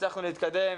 הצלחנו להתקדם,